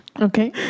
Okay